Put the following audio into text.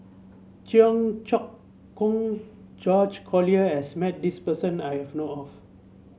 Cheong Choong Kong George Collyer has met this person that I know of